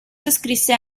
scrisse